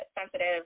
sensitive